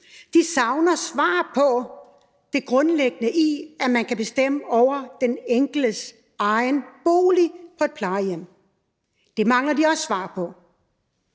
De savner svar på det grundlæggende i, at man kan bestemme over den enkeltes egen bolig på et plejehjem. Det mangler de svar på.